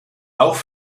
auch